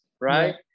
Right